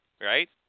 right